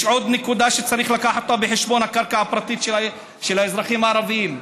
יש עוד נקודה שצריך להביא בחשבון: הקרקע הפרטית של האזרחים הערבים.